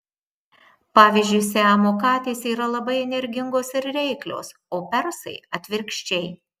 pavyzdžiui siamo katės yra labai energingos ir reiklios o persai atvirkščiai